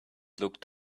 looked